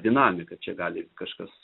dinamika čia gali kažkas